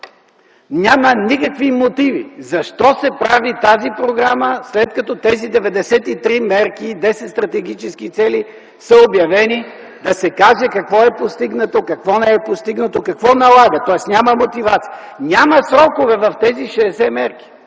няма никакви мотиви защо се прави тази програма, след като тези 93 мерки и 10 стратегически цели са обявени, да се каже какво е постигнато, какво не е постигнато, какво налага, тоест няма мотивация. Няма срокове в тези 60 мерки